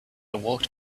walked